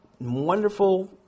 wonderful